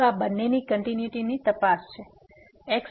તેથી તે આ બંનેની કંટીન્યુટી તપાસ છે